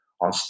on